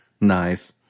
nice